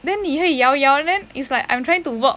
then 你会摇摇 then it's like I'm trying to work